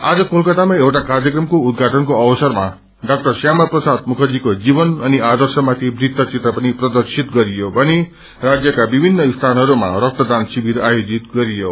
आज कलकतामा एउटा कार्यक्रमको उद्घाटनको अवसरमा डा श्यामा प्रसाद मुखर्जीको जीवन अनि आदर्शमाथि वृत्त चित्र पनि प्रदर्शित गरियो भने राज्यक्रा विभित्र स्थानहरूमा रक्तदान शिविर आयोजित गरियो